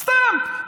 סתם.